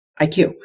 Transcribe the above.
IQ